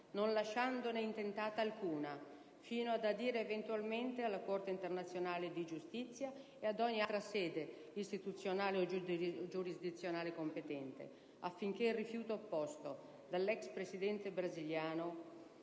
non lasciandone intentata alcuna, fino ad adire, eventualmente, la Corte internazionale di giustizia e ogni altra sede istituzionale o giurisdizionale competente affinché il rifiuto opposto dall'ex Presidente brasiliano